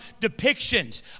depictions